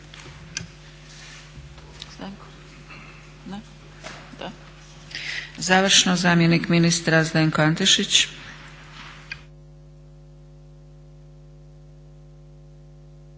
Završno, zamjenik ministra Zdenko Antešić.